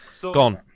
Gone